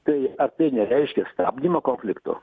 tai ar tai nereiškia stabdymo konflikto